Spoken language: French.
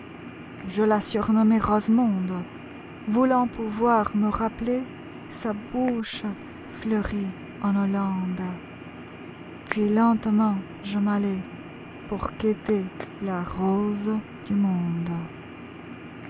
je la surnommai rosemonde voulant pouvoir me rappeler sa bouche fleurie en hollande puis lentement je m'allai pour quêter la rose du monde